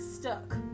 stuck